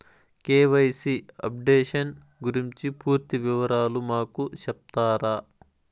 KYC updation గురించి పూర్తి వివరాలు మాకు సెప్తారా?